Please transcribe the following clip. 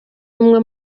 umwe